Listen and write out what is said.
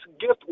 gift